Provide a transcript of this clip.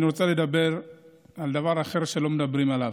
אני רוצה לדבר על דבר אחר שלא מדברים עליו: